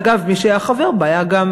אגב, היה חבר בה גם